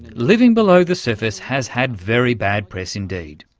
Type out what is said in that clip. living below the surface has had very bad press indeed.